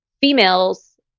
females